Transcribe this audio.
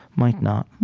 might not.